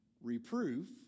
reproof